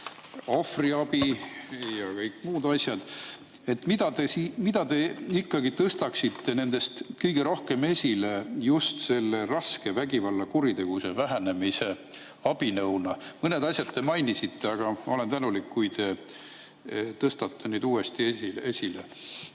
ohvriabi ja kõik muud asjad –, siis mida te ikkagi tõstaksite nendest kõige rohkem esile just selle raske vägivallakuritegevuse vähenemise abinõuna? Mõned asjad te mainisite, aga ma olen tänulik, kui te tõstate neid uuesti esile.